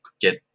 get